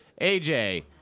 AJ